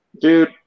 dude